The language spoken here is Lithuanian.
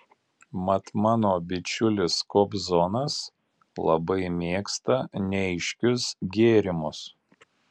mat mano bičiulis kobzonas labai mėgsta neaiškius gėrimus